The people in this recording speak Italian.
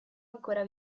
ancora